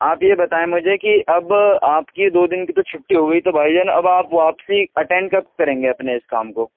آپ یہ بتائیں مجھے کہ اب آپ کی دو دِن کی تو چُھٹی ہو گئی تو بھائی جان اب آپ واپسی اٹینڈ کب کریں گے اپنے اِس کام کو